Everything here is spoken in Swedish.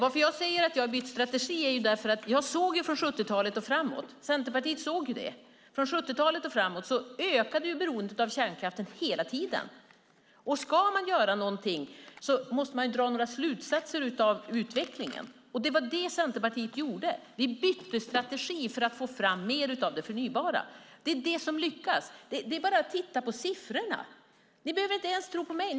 Anledningen till att jag har bytt strategi är att jag och Centerpartiet såg från 70-talet och framåt att beroendet av kärnkraften ökade hela tiden. Ska man göra någonting måste man dra några slutsatser av utvecklingen, och det var det Centerpartiet gjorde. Vi bytte strategi för att få fram mer av det förnybara. Det är det som lyckas. Det är bara att titta på siffrorna! Ni behöver inte ens tro på mig.